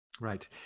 Right